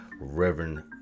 Reverend